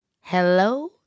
Hello